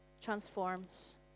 transforms